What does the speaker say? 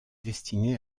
destinée